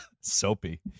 Soapy